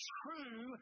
true